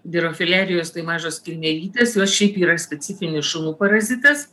dirofiliarijos tai mažos kirmėlytės jos šiaip yra specifinis šulų parazitas